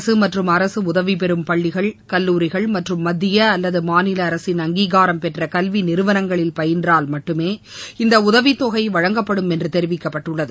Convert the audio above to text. அரசு மற்றும் அரசு உதவிபெறம் பள்ளிகள் கல்லூரிகள் மற்றும் மத்திய அல்லது மாநில அரசின் அங்கிகாரம் பெற்ற கல்வி நிறுவனங்களில் பயின்றால் மட்டுமே இந்த உதவி தொகை வழங்கப்படும் என்று தெரிவிக்கப்பட்டுள்ளது